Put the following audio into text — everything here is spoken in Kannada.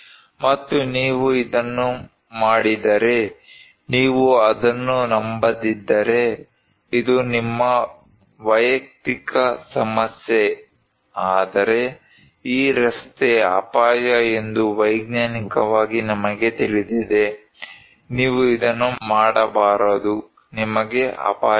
ಮತ್ತು ನೀವು ಇದನ್ನು ಮಾಡಿದರೆ ನೀವು ಅದನ್ನು ನಂಬದಿದ್ದರೆ ಇದು ನಿಮ್ಮ ವೈಯಕ್ತಿಕ ಸಮಸ್ಯೆ ಆದರೆ ಈ ರಸ್ತೆ ಅಪಾಯ ಎಂದು ವೈಜ್ಞಾನಿಕವಾಗಿ ನಮಗೆ ತಿಳಿದಿದೆ ನೀವು ಇದನ್ನು ಮಾಡಬಾರದು ನಿಮಗೆ ಅಪಾಯವಿದೆ